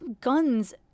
guns